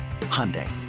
Hyundai